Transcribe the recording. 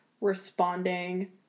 responding